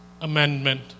amendment